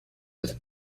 with